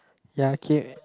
Yeah okay